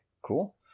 cool